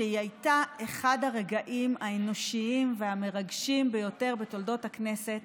היא הייתה אחד הרגעים האנושיים והמרגשים ביותר בתולדות הכנסת